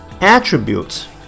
attributes